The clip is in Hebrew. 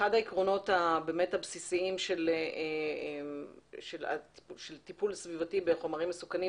אחד העקרונות הבסיסיים של טיפול סביבתי בחומרים מסוכנים,